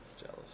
Jealous